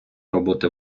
роботи